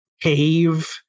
cave